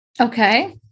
Okay